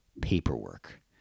paperwork